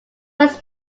was